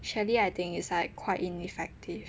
surely I think it's like quite ineffective